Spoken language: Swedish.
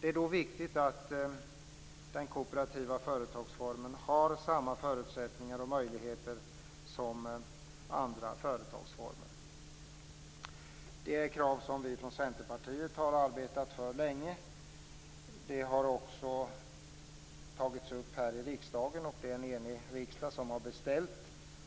Det är då viktigt att den kooperativa företagsformen har samma förutsättningar och möjligheter som andra företagsformer. Det är krav som Centerpartiet har arbetat för länge. Detta har tagits upp här i riksdagen, och det är en enig riksdag som har beställt